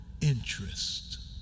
interest